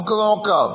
നമുക്ക് നോക്കാം